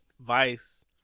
Vice